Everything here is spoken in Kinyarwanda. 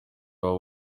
waba